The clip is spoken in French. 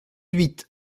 huit